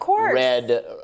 red